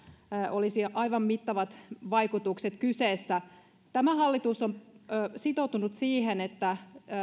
olisi aivan mittavat vaikutukset kyseessä tämä hallitus on sitoutunut siihen että